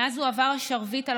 מאז הועבר השרביט על